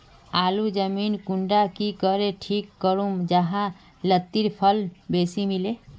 आलूर जमीन कुंडा की करे ठीक करूम जाहा लात्तिर फल बेसी मिले?